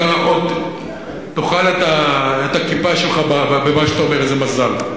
אתה עוד תאכל את הכיפה שלך במה שאתה אומר איזה מזל.